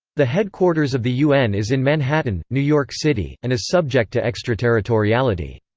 the headquarters of the un is in manhattan, new york city, and is subject to extraterritoriality.